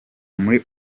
muri